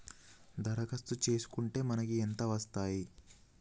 దరఖాస్తు చేస్కుంటే మనకి ఎంత వస్తాయి?